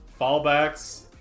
fallbacks